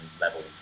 level